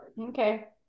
okay